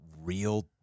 real